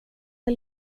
var